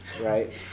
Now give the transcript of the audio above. right